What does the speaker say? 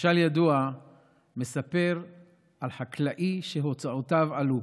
משל ידוע מספר על חקלאִי שהוצאותיו עלו.